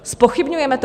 Zpochybňujeme to?